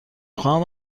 خواهم